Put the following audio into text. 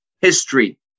history